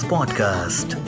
Podcast